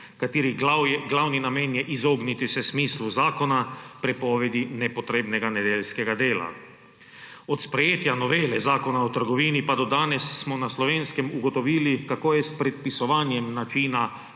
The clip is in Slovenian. katerih glavni namen je izogniti se smislu zakona – prepovedi nepotrebnega nedeljskega dela. Od sprejetja novele Zakona o trgovini pa do danes smo na Slovenskem ugotovili, kako je s predpisovanjem načina